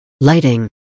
Lighting